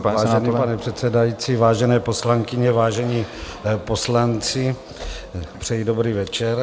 Vážený pane předsedající, vážené poslankyně, vážení poslanci, přeji dobrý večer.